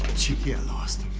cheeky, i lost